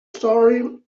story